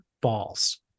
balls